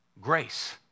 Grace